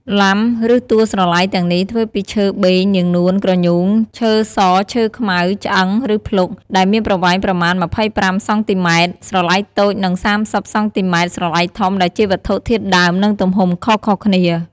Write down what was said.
“លាំ” ឬតួស្រឡៃទាំងនេះ ធ្វើពីឈើបេង នាងនួន ក្រញូង ឈើស ឈើខ្មៅ ឆ្អឹង ឬភ្លុក ដែលមានប្រវែងប្រមាណ ២៥ សង់ទីម៉ែត្រ ស្រឡៃតូច និង ៣០ សង់ទីម៉ែត្រ ស្រឡៃធំ ដែលជាវត្ថុធាតុដើម និងទំហំខុសៗគ្នា។